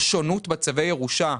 באמת יש שונות בצווי הירושה.